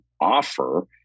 offer